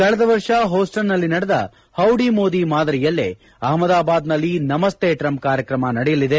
ಕಳೆದ ವರ್ಷ ಹೂಸ್ವನ್ನಲ್ಲಿ ನಡೆದ ಹೌಡಿ ಮೋದಿ ಮಾದರಿಯಲ್ಲೇ ಅಹಮದಾಬಾದ್ನಲ್ಲಿ ನಮಸ್ತೇ ಟ್ರಂಪ್ ಕಾರ್ಯಕ್ರಮ ನಡೆಯಲಿದೆ